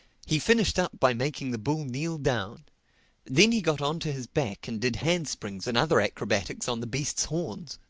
he finished up by making the bull kneel down then he got on to his back and did handsprings and other acrobatics on the beast's horns.